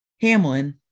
Hamlin